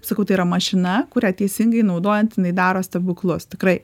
sakau tai yra mašina kurią teisingai naudojant jinai daro stebuklus tikrai